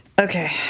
Okay